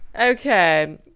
okay